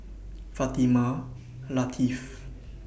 Fatimah Lateef